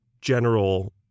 general